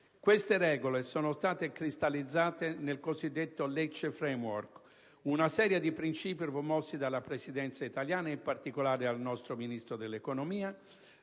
Queste regole sono state cristallizzate nel cosiddetto "Lecce Framework", una serie di principi promossi dalla Presidenza italiana - e in particolare dal nostro Ministro dell'economia